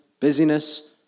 Busyness